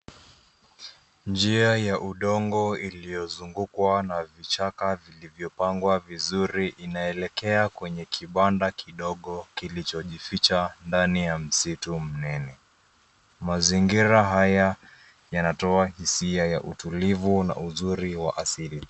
Njia ya udongo iliyozungukwa na vichaka vilivyopangwa vizuri. Inaelekea kwenye kibanda kidogo kilichojificha ndani ya msitu mnene. Mazingira haya yanatoa hisia ya utulivu na uzuri wa asili.